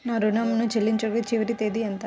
నా ఋణం ను చెల్లించుటకు చివరి తేదీ ఎంత?